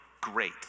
Great